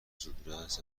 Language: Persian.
زودرس